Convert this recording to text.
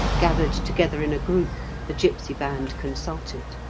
gathered together in a group, the gipsy band consulted.